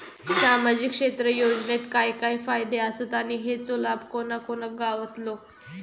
सामजिक क्षेत्र योजनेत काय काय फायदे आसत आणि हेचो लाभ कोणा कोणाक गावतलो?